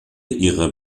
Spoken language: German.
ihrer